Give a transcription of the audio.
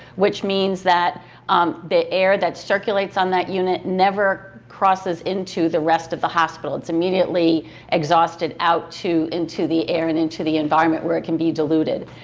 which means that um the air that circulates on that unit never crosses into the rest of the hospital. it's immediately exhausted out to into the air and into the environment where it can be diluted.